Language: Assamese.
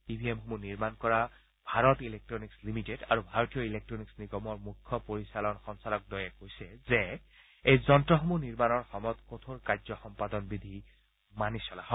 ই ভি এমসমূহ নিৰ্মাণ কৰা ভাৰত ইলেক্টনিক্স লিমিটেড আৰু ভাৰতীয় ইলেক্টনিক্স নিগমৰ মুখ্য পৰিচালন সঞ্চালকদ্বয়ে কৈছে যে এই যন্ত্ৰসমূহ নিৰ্মাণৰ সময়ত কঠোৰ কাৰ্য সম্পাদন বিধি মানি চলা হয়